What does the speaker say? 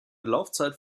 laufzeit